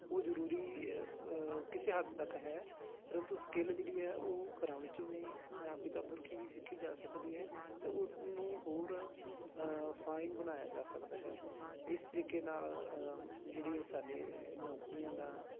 ਉਹ ਜ਼ਰੂਰੀ ਕਿਸੇ ਹੱਦ ਤੱਕ ਹੈ ਪਰੰਤੂ ਸਕਿੱਲ ਜਿਹੜੀ ਹੈ ਉਹ ਘਰਾਂ ਵਿੱਚੋਂ ਵੀ ਜਾਂ ਪਿਤਾ ਪੁਰਖੀ ਵੀ ਸਿੱਖੀ ਜਾ ਸਕਦੀ ਹੈ ਅਤੇ ਉਸ ਨੂੰ ਹੋਰ ਫਾਈਨ ਬਣਾਇਆ ਜਾ ਸਕਦਾ ਹੈ ਇਸ ਤਰੀਕੇ ਨਾਲ ਜਿਹੜੀ ਇਹ ਸਾਡੇ ਨੌਕਰੀਆਂ ਦਾ